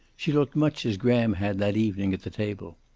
she looked much as graham had that evening at the table.